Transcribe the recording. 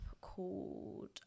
called